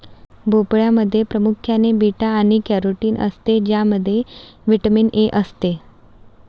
भोपळ्यामध्ये प्रामुख्याने बीटा आणि कॅरोटीन असते ज्यामध्ये व्हिटॅमिन ए असते